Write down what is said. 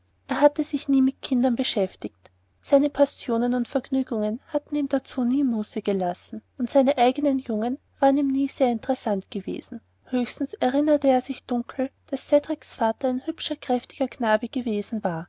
er hatte sich nie mit kindern beschäftigt seine passionen und vergnügungen hatten ihm dazu nie muße gelassen und seine eignen jungen waren ihm nie sehr interessant gewesen höchstens erinnerte er sich dunkel daß cedriks vater ein hübscher kräftiger knabe gewesen war